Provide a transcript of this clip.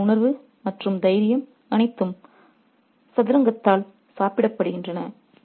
அவர்களின் உணர்வு மற்றும் தைரியம் அனைத்தும் சதுரங்கத்தால் சாப்பிடப்படுகின்றன